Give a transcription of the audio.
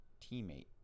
teammate